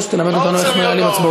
אל תדבר עם אחרים.